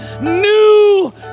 new